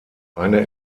eine